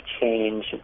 change